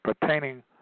pertaining